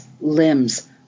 limbs